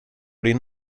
din